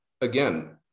again